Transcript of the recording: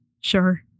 Sure